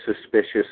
suspicious